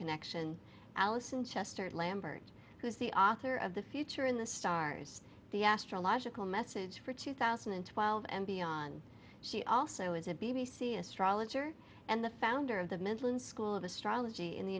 connection allison chester lambert who's the author of the future in the stars the astrological message for two thousand and twelve and beyond she also is a b b c astrologer and the founder of the mental and school of astrology in the